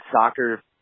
soccer